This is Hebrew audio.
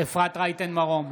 אפרת רייטן מרום,